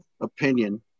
opinion